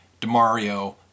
DeMario